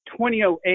2008